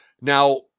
now